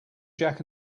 jack